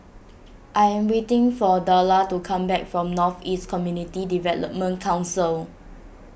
I am waiting for Dorla to come back from North East Community Development Council